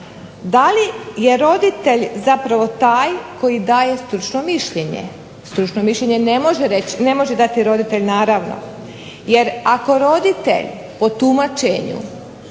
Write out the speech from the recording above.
da li je roditelj zapravo taj koji daje stručno mišljenje. Stručno mišljenje ne može dati roditelj naravno, jer ako roditelj po tumačenju